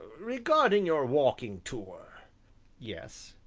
regarding your walking tour yes?